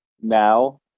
now